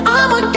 I'ma